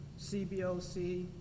CBOC